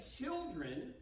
children